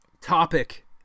topic